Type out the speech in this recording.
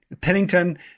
Pennington